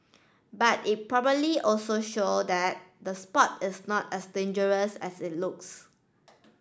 but it probably also show that the sport is not as dangerous as it looks